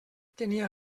tenia